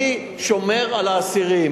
אני שומר על האסירים.